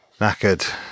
knackered